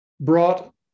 brought